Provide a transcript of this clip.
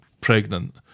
pregnant